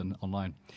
online